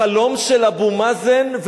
החלום של אבו מאזן,